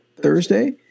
Thursday